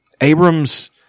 Abrams